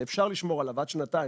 אפשר לשמור עליו עד שנתיים,